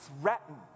threatened